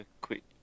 quick